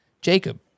Jacob